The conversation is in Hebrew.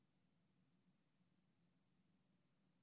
לקבל